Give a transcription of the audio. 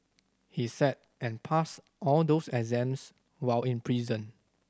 he sat and passed all those exams while in prison